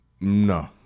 No